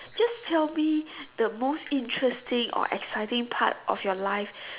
just tell me the most interesting or exciting part of your life